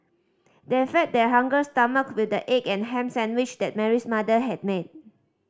they fed their hungry stomachs with the egg and ham sandwich that Mary's mother had made